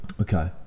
Okay